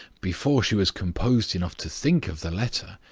before she was composed enough to think of the letter,